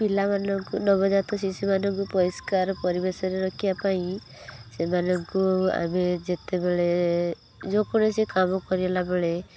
ପିଲାମାନଙ୍କୁ ନବଜାତ ଶିଶୁ ମାନଙ୍କୁ ପରିଷ୍କାର ପରିବେଶରେ ରଖିବା ପାଇଁ ସେମାନଙ୍କୁ ଆମେ ଯେତେବେଳେ ଯେ କୌଣସି କାମ କରିଲା ବେଳେ